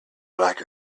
like